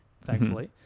thankfully